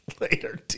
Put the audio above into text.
later